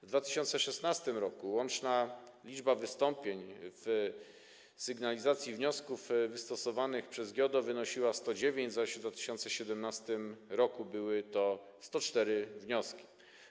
W 2016 r. łączna liczba wystąpień w sygnalizacji wniosków wystosowanych przez GIODO wyniosła 109, zaś w 2017 r. były to 104 wnioski.